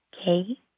Okay